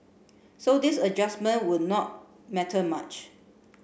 so this adjustment would not matter much